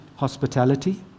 hospitality